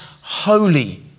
holy